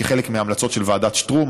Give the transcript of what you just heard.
כחלק מההמלצות של ועדת שטרום,